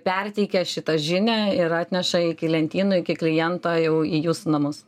perteikia šitą žinią ir atneša iki lentynų iki kliento jau į jūsų namus